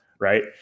Right